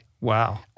Wow